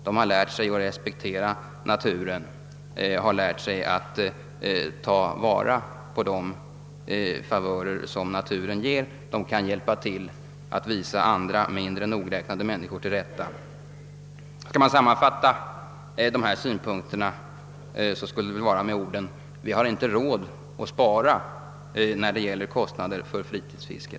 De har lärt sig att respektera naturen, de har lärt sig att ta vara på de favörer som naturen ger och de kan hjälpa till att visa andra, mindre nogräknade människor till rätta. Skall jag sammanfatta dessa synpunkter vill jag göra det med orden: Vi har inte råd att spara när det gäller kostnader för fritidsfisket.